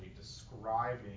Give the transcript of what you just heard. describing